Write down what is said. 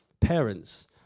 parents